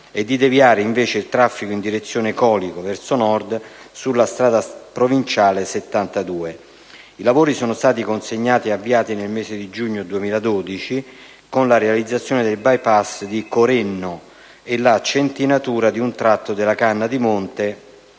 e di deviare, invece, il traffico in direzione Colico, verso nord, sulla strada provinciale 72. I lavori sono stati consegnati e avviati nel mese di giugno 2012, con la realizzazione del *by-pass* di Corenno e la centinatura di un tratto della canna di monte